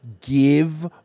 give